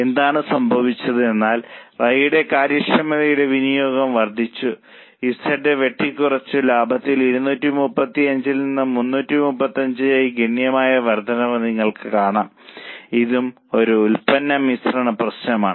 എന്താണ് സംഭവിച്ചത് എന്നാൽ Y യുടെ കാര്യക്ഷമതയുടെ വിനിയോഗം വർധിപ്പിച്ചു Z വെട്ടിക്കുറച്ചു ലാഭത്തിൽ 235 ൽ നിന്ന് 335 ആയി ഗണ്യമായ വർദ്ധനവ് നിങ്ങൾക്ക് കാണാം ഇതും ഒരു ഉൽപ്പന്ന മിശ്രണ പ്രശ്നമാണ്